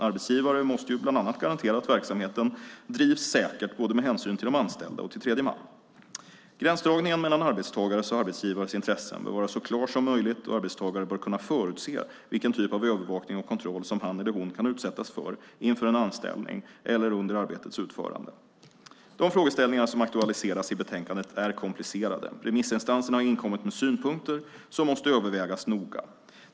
Arbetsgivare måste ju bland annat garantera att verksamheten drivs säkert med hänsyn både till de anställda och till tredje man. Gränsdragningen mellan arbetstagares och arbetsgivares intressen bör vara så klar som möjligt, och arbetstagare bör kunna förutse vilken typ av övervakning och kontroll som han eller hon kan utsättas för inför en anställning eller under arbetets utförande. De frågeställningar som aktualiseras i betänkandet är komplicerade. Remissinstanserna har inkommit med synpunkter som måste övervägas noga.